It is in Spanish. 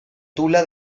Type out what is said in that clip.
tula